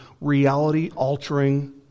reality-altering